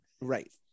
right